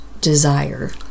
desire